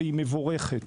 והיא מבורכת.